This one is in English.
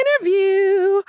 interview